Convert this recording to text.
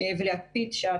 סוגיית גם מחיר המים,